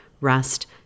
rest